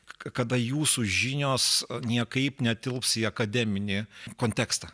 kada jūsų žinios niekaip netilps į akademinį kontekstą